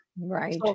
Right